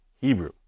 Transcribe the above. Hebrew